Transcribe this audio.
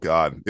God